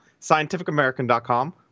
scientificamerican.com